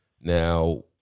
Now